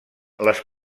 les